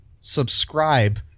Subscribe